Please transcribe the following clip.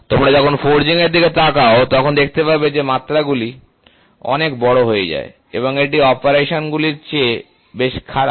তোমরা যখন ফরজিং এর দিকে তাকাও তখন দেখতে পাবে যে মাত্রাগুলি অনেক বড় হয়ে যায় এবং এটি অপারেশনগুলির চেয়ে বেশ খারাপ